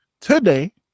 today